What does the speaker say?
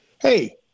hey